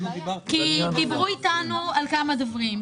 דיברו אתנו על כמה דברים.